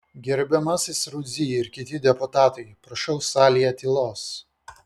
gerbiamasis rudzy ir kiti deputatai prašau salėje tylos